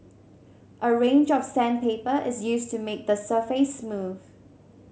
a range of sandpaper is used to make the surface smooth